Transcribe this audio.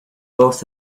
both